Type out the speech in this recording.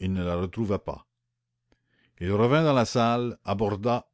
il ne la retrouva pas il revint dans la salle aborda